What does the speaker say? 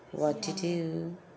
what to do